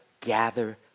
gather